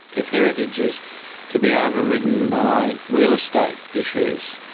if heritage is to be overridden by real estate issues,